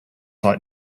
like